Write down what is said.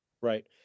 Right